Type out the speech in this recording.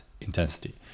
intensity